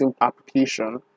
application